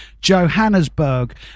johannesburg